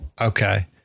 Okay